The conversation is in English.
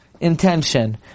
intention